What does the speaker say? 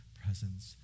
presence